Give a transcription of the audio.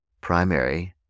primary